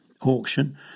auction